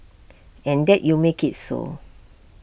and that you make IT so